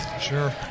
Sure